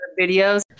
videos